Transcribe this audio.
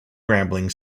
grambling